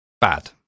Bad